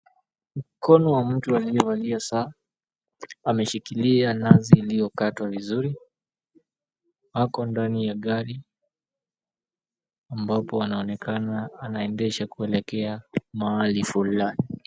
Mkono wa mtu aliyevalia saa, ameshikilia nazi iliyokatwa vizuri. Ako ndani ya gari, ambapo anaonekana anaendesha kuelekea mahali fulani.